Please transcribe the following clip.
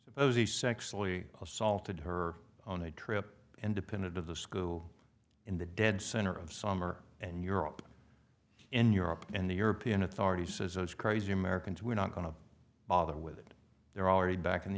he sexually assaulted her on a trip and dependent of the school in the dead center of summer and europe in europe and the european authorities as those crazy americans we're not going to bother with it they're already back in the